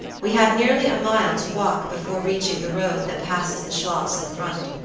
we had nearly a mile to walk before reaching the road that passes the schloss in front,